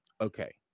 Okay